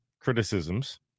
criticisms